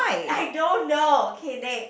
I don't know okay next